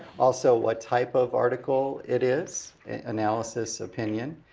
also, what type of article it is analysis, opinion,